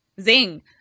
zing